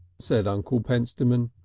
said uncle pentstemon.